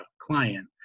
client